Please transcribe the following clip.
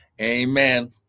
Amen